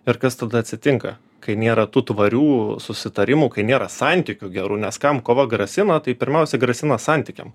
ir kas tada atsitinka kai nėra tų tvarių susitarimų kai nėra santykių gerų nes kam kova grasina tai pirmiausia grasina santykiam